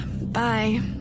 Bye